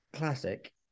classic